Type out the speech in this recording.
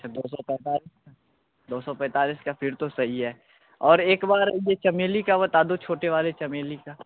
अच्छा दो सौ पैंतालीस दो सौ पैंतालीस का फिर तो सही है और एक बार ये चमेली का बता दो छोटे वाले चमेली का